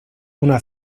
una